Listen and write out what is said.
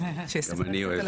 גם אני אוהב.